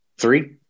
three